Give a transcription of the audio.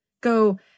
go